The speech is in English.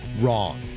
wrong